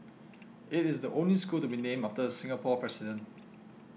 it is the only school to be named after a Singapore president